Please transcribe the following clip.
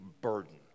burden